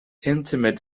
intimate